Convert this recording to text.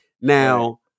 Now